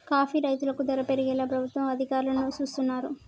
coffee రైతులకు ధర పెరిగేలా ప్రభుత్వ అధికారులు సూస్తున్నారు